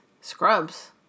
Scrubs